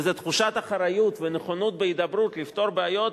וזה תחושת אחריות ונכונות להידברות כדי לפתור בעיות